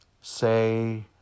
say